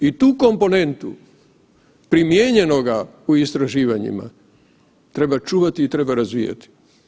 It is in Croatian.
I tu komponentu primijenjenoga u istraživanjima treba čuvati i treba razvijati.